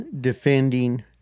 defending